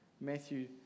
Matthew